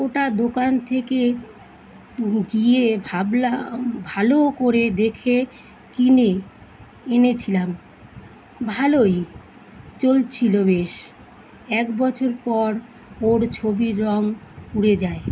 ওটা দোকান থেকে গিয়ে ভাবলাম ভালো করে দেখে কিনে এনেছিলাম ভালোই চলছিলো বেশ এক বছর পর ওর ছবির রঙ উড়ে যায়